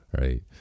right